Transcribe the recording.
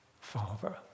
Father